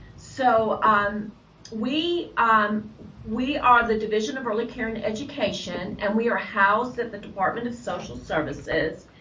so um we um we are the division of early care and education, and we are housed at the department of social services.